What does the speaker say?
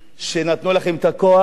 שנתנו לכם את הכוח,